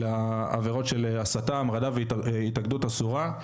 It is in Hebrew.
העבירות של הסתה המרדה והתאגדות אסורה,